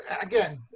Again